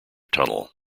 tunnel